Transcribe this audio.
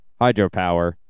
Hydropower